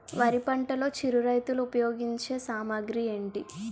వరి పంటలో చిరు రైతులు ఉపయోగించే సామాగ్రి ఏంటి?